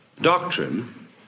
doctrine